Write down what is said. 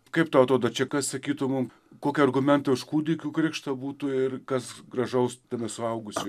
kaip tau atrodo čia kas sakytum kokie argumentai už kūdikių krikštą būtų ir kas gražaus tame suaugusių